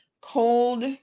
Cold